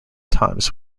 times